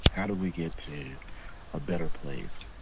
how do we get to a better place?